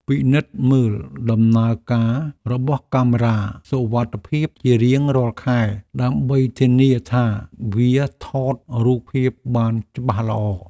ពិនិត្យមើលដំណើរការរបស់កាមេរ៉ាសុវត្ថិភាពជារៀងរាល់ខែដើម្បីធានាថាវាថតរូបភាពបានច្បាស់ល្អ។